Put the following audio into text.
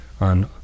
on